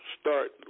start